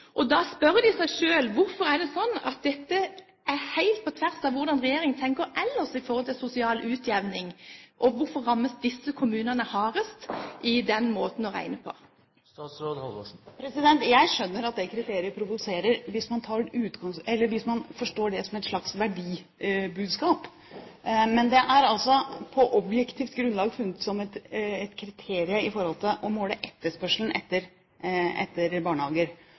Og da spør de seg selv: Hvorfor er dette helt på tvers av hvordan regjeringen ellers tenker når det gjelder sosial utjevning? Hvorfor rammes disse kommunene hardest av den måten å regne på? Jeg skjønner at det kriteriet provoserer, hvis man forstår det som et slags verdibudskap. Men det er altså på objektivt grunnlag funnet som et kriterium for å måle etterspørselen etter barnehager.